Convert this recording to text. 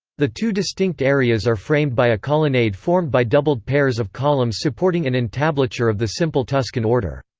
the two distinct areas are framed by a colonnade formed by doubled pairs of columns supporting an entablature of the simple tuscan order.